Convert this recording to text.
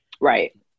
Right